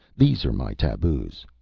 these are my taboos.